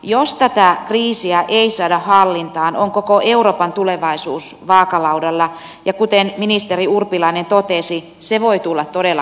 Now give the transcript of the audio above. jos tätä kriisiä ei saada hallintaan on koko euroopan tulevaisuus vaakalaudalla ja kuten ministeri urpilainen totesi se voi tulla todella kalliiksi